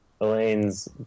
elaine's